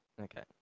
Okay